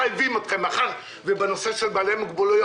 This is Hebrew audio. אתה בא ומשתמש בשפה שאליה אתה רגיל ואתה יכול לפגוע.